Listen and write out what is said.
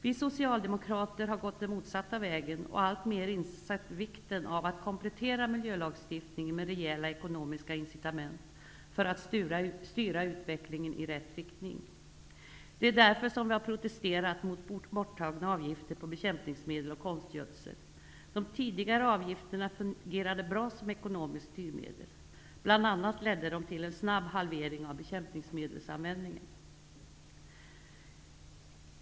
Vi socialdemokrater har gått den motsatta vägen och alltmer insett vikten av att komplettera miljölagstiftningen med rejäla ekonomiska incitament för att styra utvecklingen i rätt riktning. Det är därför som vi har protesterat mot borttagna avgifter på bekämpningsmedel och konstgödsel. De tidigare avgifterna fungerade bra som ekonomiska styrmedel. De ledde bl.a. till en snabb halvering av bekämpningsmedelsanvändningen.